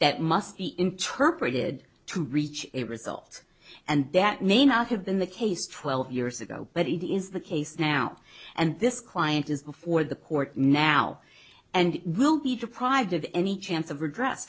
that must be interpreted to reach a result and that may not have been the case twelve years ago but it is the case now and this client is before the court now and will be deprived of any chance of redre